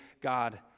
God